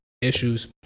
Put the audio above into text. issues